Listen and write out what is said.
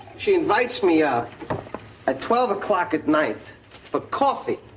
she invites me up at twelve o'clock at night for coffee,